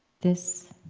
this